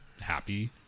happy